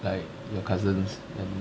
like your cousins and